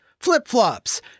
flip-flops